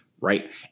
right